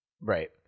Right